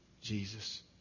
Jesus